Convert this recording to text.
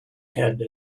head